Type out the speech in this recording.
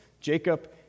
Jacob